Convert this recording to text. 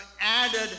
added